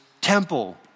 temple